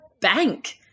bank